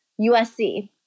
USC